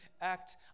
act